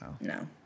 No